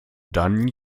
dann